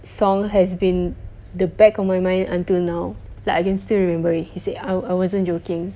song has been the back of my mind until now like I can still remember it he said I I wasn't joking